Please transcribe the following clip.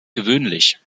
gewöhnlich